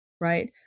right